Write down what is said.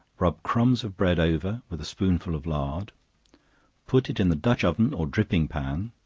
rub crumbs of bread over, with a spoonful of lard put it in the dutch-oven, or dripping pan,